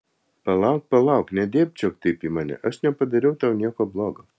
palauk palauk nedėbčiok taip į mane aš nepadariau tau nieko blogo